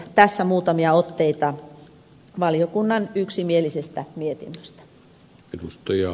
tässä muutamia otteita valiokunnan yksimielisestä mietinnöstä